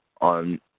on